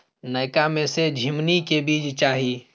नयका में से झीमनी के बीज चाही?